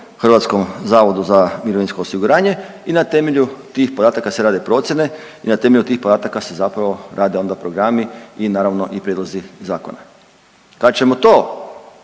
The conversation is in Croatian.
podataka koji su na raspolaganju HZMO-u i na temelju tih podataka se rade procjene i na temelju tih podataka se zapravo rade onda programi i naravno i prijedlozi zakona. Kad ćemo to,